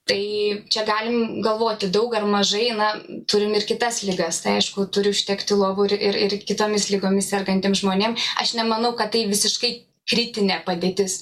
tai čia galim galvoti daug ar mažai na turim ir kitas ligas tai aišku turi užtekti lovų ir ir ir kitomis ligomis sergantiem žmonėm aš nemanau kad tai visiškai kritinė padėtis